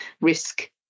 risk